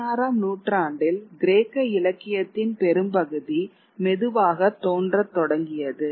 பதினாறாம் நூற்றாண்டில் கிரேக்க இலக்கியத்தின் பெரும்பகுதி மெதுவாக தோன்றத் தொடங்கியது